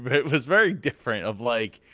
but it was very different of like